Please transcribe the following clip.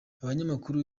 abanyamakuru